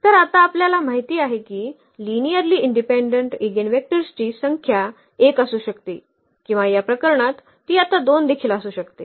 तर आता आपल्याला माहित आहे की लिनिअर्ली इंडिपेंडेंट इगेनवेक्टर्सची संख्या 1 असू शकते किंवा या प्रकरणात ती आता 2 देखील असू शकते